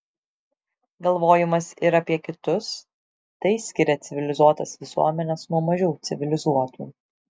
galvojimas ir apie kitus tai skiria civilizuotas visuomenes nuo mažiau civilizuotų